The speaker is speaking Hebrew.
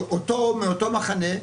מאותו מחנה,